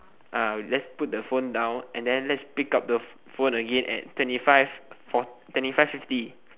let's put the phone down and then let's pick up the phone again at twenty five twenty five fifty